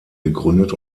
gegründet